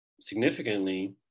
significantly